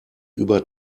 über